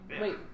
Wait